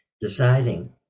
deciding